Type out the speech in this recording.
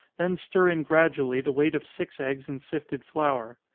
then stir in gradually the weight of six eggs in sifted flour.